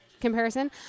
comparison